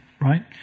right